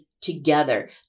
together